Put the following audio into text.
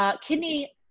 kidney